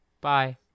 Bye